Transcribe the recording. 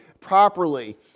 properly